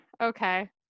okay